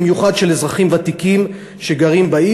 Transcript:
במיוחד של אזרחים ותיקים שגרים בעיר,